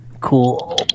Cool